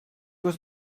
was